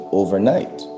overnight